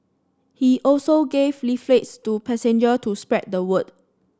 he also gave leaflets to passenger to spread the word